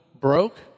broke